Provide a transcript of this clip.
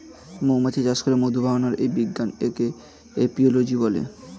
মৌমাছি চাষ করে মধু বানাবার যেই বিজ্ঞান তাকে এপিওলোজি বলে